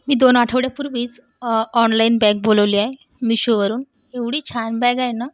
मी दोन आठवड्यापूर्वीच online bag बोलवली आहे मीशोवरून एवढी छान बॅग आहे ना